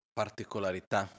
particolarità